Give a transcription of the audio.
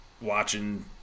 watching